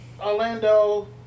Orlando